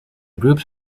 groups